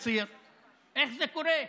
איך זה קורה?)